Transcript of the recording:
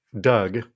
doug